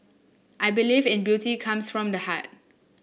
I believe in beauty comes from the heart